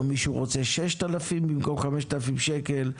מישהו רוצה 6,000 במקום 5,000 שקלים,